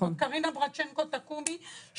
קרינה ברצ'נקו, תקומי.